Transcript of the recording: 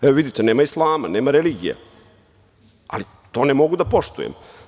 Evo, vidite, nema islama, nema religije, ali to ne mogu da poštujem.